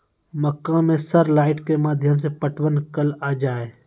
मक्का मैं सर लाइट के माध्यम से पटवन कल आ जाए?